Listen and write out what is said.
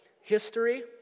history